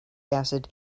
acid